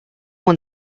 one